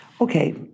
Okay